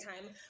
time